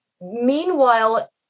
Meanwhile